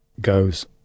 goes